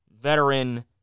veteran